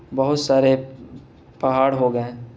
بہت سارے پہاڑ ہو گئے